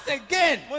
again